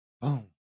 boom